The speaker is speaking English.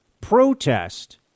protest